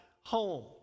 home